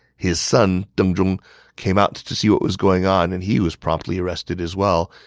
his son deng zhong came out to to see what was going on, and he was promptly arrested as well,